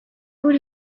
would